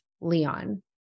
Leon